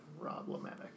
problematic